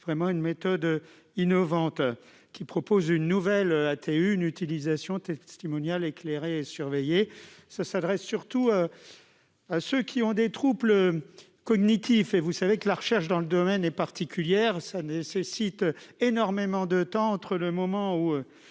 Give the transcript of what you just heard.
vraiment une méthode innovante qui propose une nouvelle, une utilisation testimoniale éclairée surveillée, ça s'adresse surtout à ceux qui ont des troubles cognitifs et vous savez que la recherche dans le domaine est particulière, ça nécessite énormément de temps entre le moment où